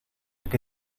que